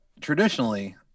traditionally